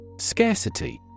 Scarcity